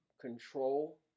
control